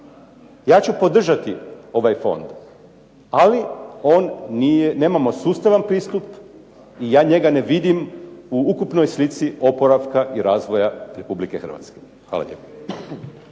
Ja ću podržati ovaj fond, ali on nije, nemamo sustavan pristup i ja njega ne vidim u ukupnoj slici oporavka i razvoja RH. Hvala lijepo.